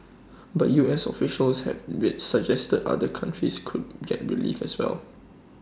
but U S officials have be suggested other countries could get relief as well